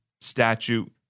statute